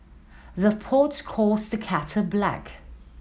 the pot calls the kettle black